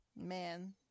man